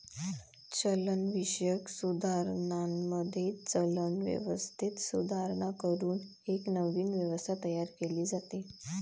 चलनविषयक सुधारणांमध्ये, चलन व्यवस्थेत सुधारणा करून एक नवीन व्यवस्था तयार केली जाते